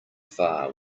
far